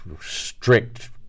strict